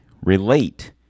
relate